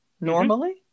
normally